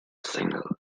single